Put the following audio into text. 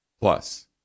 Plus